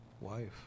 wife